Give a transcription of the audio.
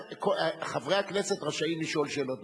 חברי הכנסת רשאים לשאול שאלות נוספות.